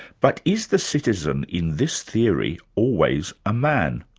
but is the citizen in this theory always a man?